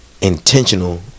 intentional